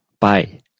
Bye